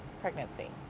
pregnancy